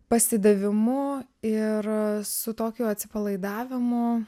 pasidavimu ir su tokiu atsipalaidavimu